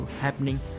happening